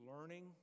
learning